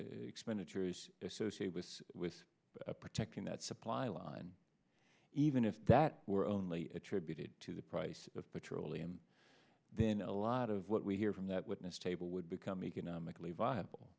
expenditures associated with with protecting that supply line even if that were only attributed to the price of petroleum then a lot of what we hear from that witness table would become economically viable